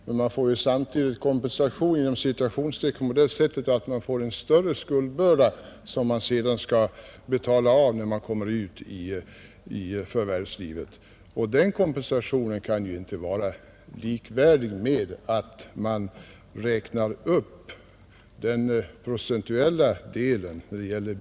Men man får också en ”kompensation” i form av en större skuldbörda som sedan skall betalas av när man kommer ut i förvärvslivet. En sådan kompensation kan ju inte vara likvärdig med en uppräkning av bidragsdelen.